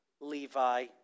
Levi